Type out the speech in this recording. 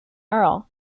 earl